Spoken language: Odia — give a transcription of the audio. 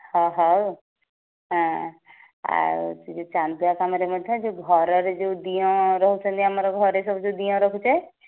ହଁ ହେଉ ଆଉ ସେ ଯେଉଁ ଚାନ୍ଦୁଆ କାମରେ ମଧ୍ୟ ଯେଉଁ ଘରରେ ଯେଉଁ ଦିଅଁ ରହୁଛନ୍ତି ଆମର ଘରେ ସବୁ ଯେଉଁ ଦିଅଁ ରଖୁଛେ